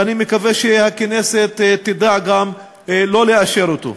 ואני מקווה שהכנסת תדע גם לא לאשר אותו.